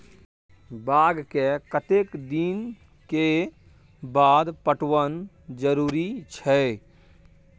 बाग के कतेक दिन के बाद पटवन जरूरी छै?